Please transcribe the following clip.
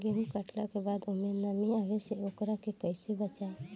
गेंहू कटला के बाद ओमे नमी आवे से ओकरा के कैसे बचाई?